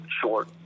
short